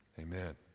Amen